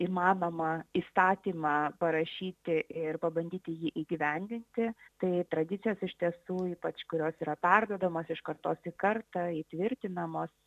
įmanoma įstatymą parašyti ir pabandyti jį įgyvendinti tai tradicijos iš tiesų ypač kurios yra perduodamos iš kartos į kartą įtvirtinamos